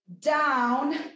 down